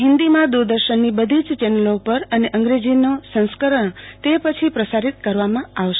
હિન્દીમાં દુરદર્શનની બધી જ ચેનલો પર અને અંગ્રેજી સંસ્કરણ તે પછી પ્રસારિત કરવામાં આવશે